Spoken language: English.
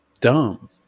dumb